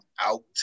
out